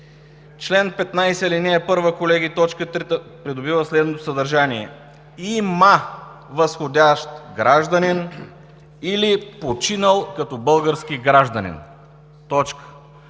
Член 15, ал. 1, колеги, т. 3 придобива следното съдържание: „Има възходящ гражданин или починал като български гражданин“.